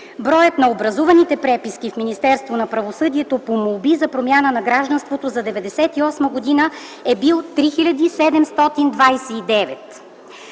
Броят на образуваните преписки в Министерството на правосъдието по молби за промяна на гражданството за 1998 г. е бил 3729.